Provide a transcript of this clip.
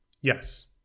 yes